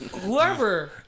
whoever